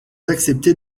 acceptez